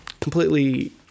completely